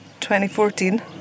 2014